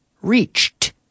reached